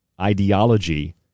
ideology